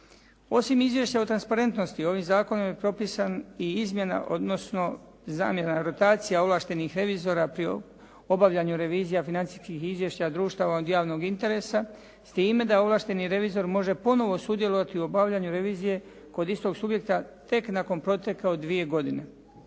Osim izvješća o transparentnosti, ovim zakonom je propisana i izmjena, odnosno zamjena, rotacija ovlaštenih revizora pri obavljanju revizija financijskih izvješća društava od javnog interesa s time da ovlašteni revizor može ponovo sudjelovati u obavljanju revizije kod istog subjekta tek nakon proteka od dvije godine.